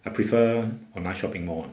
I prefer online shopping more ah